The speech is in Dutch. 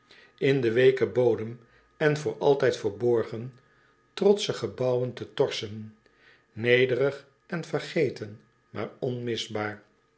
in den weeken bodem en voor altijd verborgen trotsche gebouwen te torschen nederig en vergeten maar onmisbaar